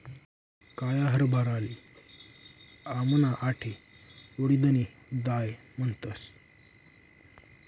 काया हरभराले आमना आठे उडीदनी दाय म्हणतस